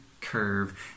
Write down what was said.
curve